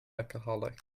alcoholic